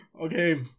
Okay